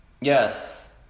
Yes